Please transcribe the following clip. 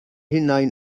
hunain